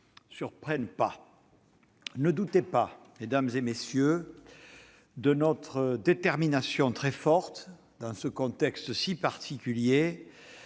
ne me surprend pas. Ne doutez pas, mesdames, messieurs, de notre détermination très forte dans ce contexte si particulier